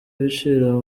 ibiciro